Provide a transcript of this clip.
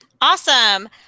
Awesome